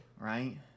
right